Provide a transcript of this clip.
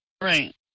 Right